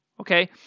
okay